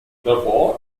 therefore